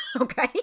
Okay